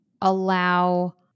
allow